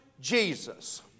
Jesus